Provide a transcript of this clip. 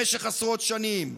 למשך עשרות שנים.